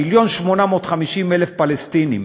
מיליון ו-850,000 פלסטינים.